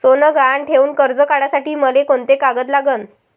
सोनं गहान ठेऊन कर्ज काढासाठी मले कोंते कागद लागन?